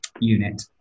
unit